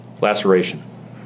laceration